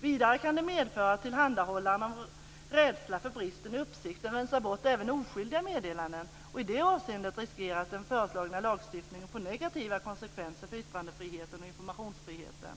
Vidare, skriver man, kan kontrollskyldigheten medföra att tillhandahållaren av rädsla för att brista i uppsikt rensar bort även oskyldiga meddelanden. I det avseendet skulle den föreslagna lagstiftningen riskera att få negativa konsekvenser för yttrandefriheten och informationsfriheten.